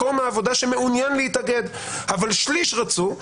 העבודה שמעוניין להתאגד אבל שליש רצו,